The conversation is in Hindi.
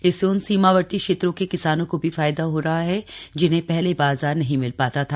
इससे उन सीमावर्ती क्षेत्रों के किसानों को भी फायदा हो रहा है जिन्हें पहले बाजार नहीं मिल पाता था